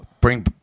bring